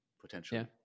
potentially